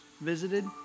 visited